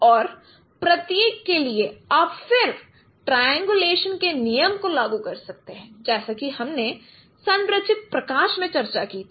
और प्रत्येक के लिए आप फिर ट्रायंगुलेशन के नियम को लागू कर सकते हैं जैसा कि हमने संरचित प्रकाश में चर्चा की थी